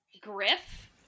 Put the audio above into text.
Griff